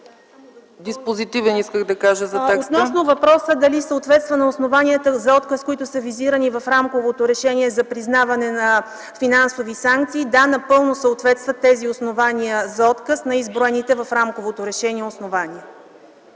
ЗАМЕСТНИК-МИНИСТЪР ДАНИЕЛА МАШЕВА: Относно въпроса дали съответства на основанията за отказ, които са визирани в рамковото решение за признаване на финансови санкции – да, напълно съответстват тези основания за отказ на изброените в рамковото решение основания.